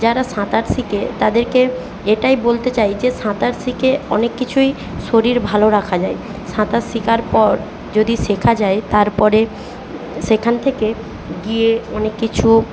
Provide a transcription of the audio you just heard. যারা সাঁতার শেখে তাদেরকে এটাই বলতে চাই যে সাঁতার শিখে অনেক কিছুই শরীর ভালো রাখা যায় সাঁতার শেখার পর যদি সেখা যায় তারপরে সেখান থেকে গিয়ে অনেক কিছু